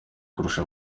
kurusha